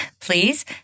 Please